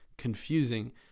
Confusing